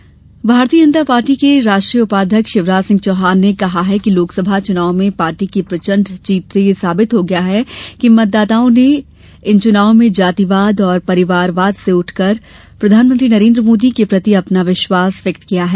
Shivraj PC Bharatiya Janata Party के राष्ट्रीय उपाध्यक्ष शिवराज सिंह चौहान ने कहा है कि लोकसभा चुनाव में पार्टी की प्रचंड जीत से यह साबित हो गया है कि मतदाताओं ने इन चुनाव में जातिवाद और परिवारवाद से ऊपर उठकर प्रधानमंत्री नरेन्द्र मोदी के प्रति अपना विश्वास व्यक्त किया है